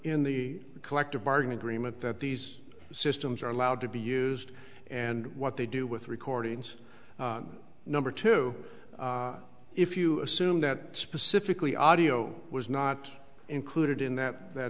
in the collective bargaining agreement that these systems are allowed to be used and what they do with recordings number two if you assume that specifically audio was not included in that that